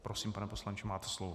Prosím, pane poslanče, máte slovo.